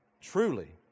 truly